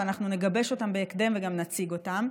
ואנחנו נגבש אותם בהקדם וגם נציג אותם.